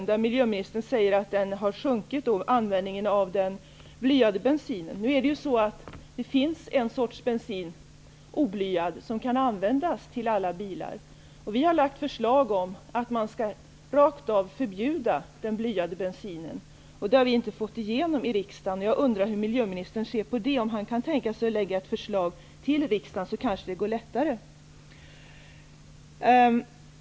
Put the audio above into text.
Där säger miljöministern att användningen av den blyade bensinen har sjunkit. Nu finns det en sorts oblyad bensin som kan användas till alla bilar. Vi har lagt fram förslag om att man rakt av skall förbjuda den blyade bensinen. Det har vi inte fått igenom i riksdagen. Jag undrar hur miljöministern ser på det. Kan han tänka sig att lägga fram ett förslag om detta till riksdagen? Då kanske det går lättare att få igenom det.